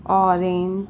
orange